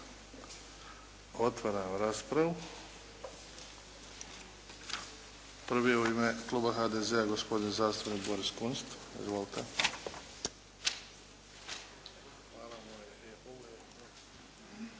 Otvaram raspravu. Prvi je u ime kluba HDZ-a, gospodin zastupnik Boris Kunst. Izvolite. **Kunst,